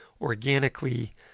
organically